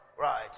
Right